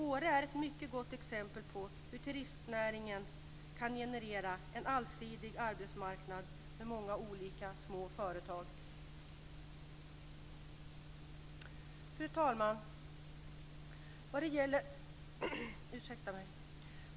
Åre är ett mycket gott exempel på hur turistnäringen kan generera en allsidig arbetsmarknad med många olika små företag. Fru talman!